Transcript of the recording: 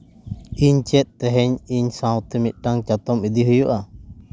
ᱤᱧ ᱪᱮᱫ ᱛᱮᱦᱤᱧ ᱤᱧ ᱥᱟᱶᱛᱮ ᱢᱤᱫᱴᱟᱝ ᱪᱟᱛᱚᱢ ᱤᱫᱤ ᱦᱩᱭᱩᱜᱼᱟ